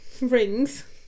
rings